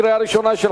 קריאה ראשונה,